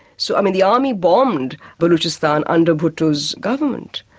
so i mean the army bombed baluchistan under bhutto's government.